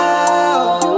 out